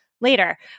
later